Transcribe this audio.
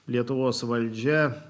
lietuvos valdžia